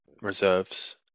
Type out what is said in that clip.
reserves